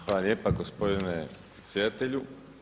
Hvala lijepa gospodine predsjedatelju.